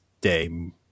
day